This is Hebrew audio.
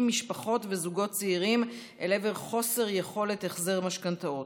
משפחות וזוגות צעירים אל עבר חוסר יכולת החזר משכנתאות,